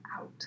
out